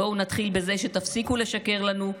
בואו נתחיל בזה שתפסיקו לשקר לנו,